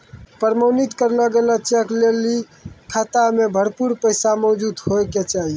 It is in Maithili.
प्रमाणित करलो चेक लै लेली खाता मे भरपूर पैसा मौजूद होय के चाहि